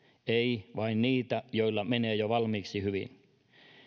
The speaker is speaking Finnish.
ei vain niitä joilla menee jo valmiiksi hyvin